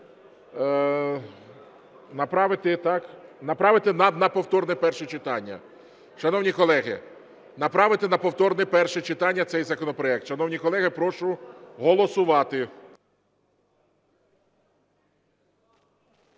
направити на повторне перше читання. Шановні колеги, направити на повторне перше читання цей законопроект. Шановні колеги, прошу голосувати.